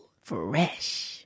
Fresh